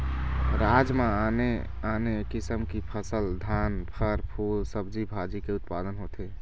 राज म आने आने किसम की फसल, धान, फर, फूल, सब्जी भाजी के उत्पादन होथे